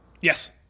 Yes